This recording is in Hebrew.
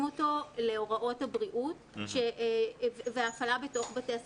אותו להוראות הבריאות והפעלה בתוך בתי הספר.